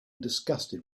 disgusted